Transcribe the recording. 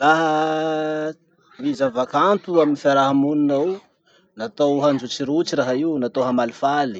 Laha ny zava-kanto amy fiarahamonina ao, natao handrotsirotsy raha io natao hamalifaly.